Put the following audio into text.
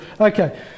Okay